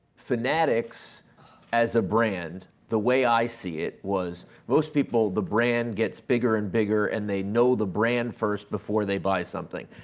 fanatics as a brand, the way i see it, was most people the brand gets bigger and bigger and they know the brand first before they buy something.